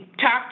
talk